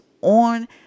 on